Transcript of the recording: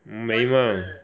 美 mah